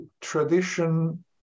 tradition